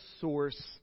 source